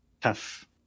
tough